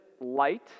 light